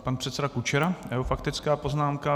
Pan předseda Kučera a jeho faktická poznámka.